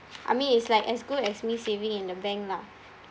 I mean it's like as good as me saving in the bank lah